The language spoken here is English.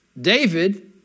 David